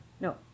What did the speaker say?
No